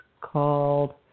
called